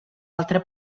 altre